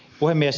puhemies